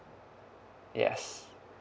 yes